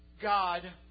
God